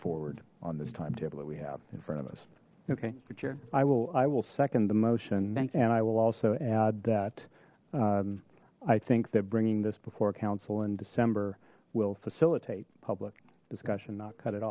forward on this timetable that we have in front of us okay sure i will i will second the motion thank you and i will also add that i think that bringing this before council in december will facilitate public discussion not cut it